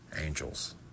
angels